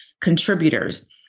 contributors